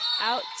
Out